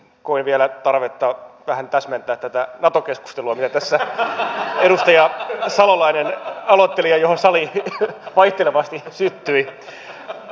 koen vielä tarvetta vähän täsmentää tätä nato keskustelua minkä tässä edustaja salolainen aloitteli ja johon sali vaihtelevasti syttyi